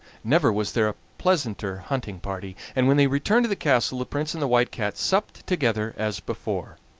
never was there a pleasanter hunting party, and when they returned to the castle the prince and the white cat supped together as before,